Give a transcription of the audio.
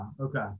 okay